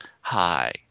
Hi